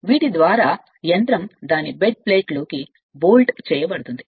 మరియు దీని యొక్క యంత్రం దాని బెడ్ ప్లేట్ కాడికి బోల్ట్ చేయబడింది